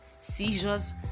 seizures